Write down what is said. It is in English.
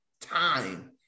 time